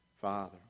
Father